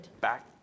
back